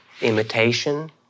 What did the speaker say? imitation